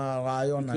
מה הרעיון היה.